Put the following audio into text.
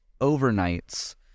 overnights